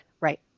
right